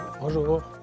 Bonjour